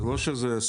זה לא היה סוד.